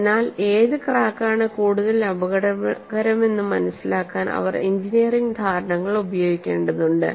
അതിനാൽ ഏത് ക്രാക്ക് ആണ് കൂടുതൽ അപകടകരമെന്ന് മനസിലാക്കാൻ അവർ എഞ്ചിനീയറിംഗ് ധാരണകൾ ഉപയോഗിക്കേണ്ടതുണ്ട്